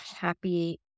happy